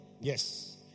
Yes